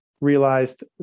realized